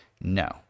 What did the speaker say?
no